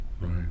Right